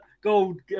gold